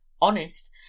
honest